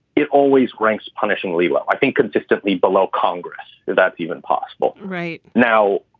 it always ranks punishingly well, i think consistently below congress, if that's even possible right now.